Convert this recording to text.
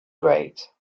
great